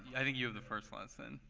i think you have the first lesson.